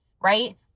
right